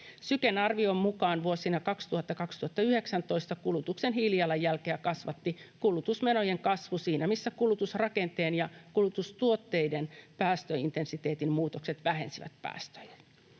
Syken arvion mukaan vuosina 2000—2019 kulutuksen hiilijalanjälkeä kasvatti kulutusmenojen kasvu, siinä missä kulutusrakenteen ja kulutustuotteiden päästöintensiteetin muutokset vähensivät päästöjä.